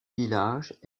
village